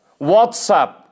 WhatsApp